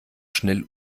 schnell